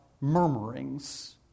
murmurings